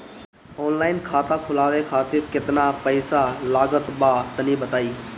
Online खाता खूलवावे खातिर केतना पईसा लागत बा तनि बताईं?